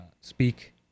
speak